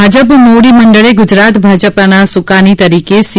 ભાજપ મોવડી મંડળે ગુજરાત ભાજપના સુકાની તરીકે સી